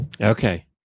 Okay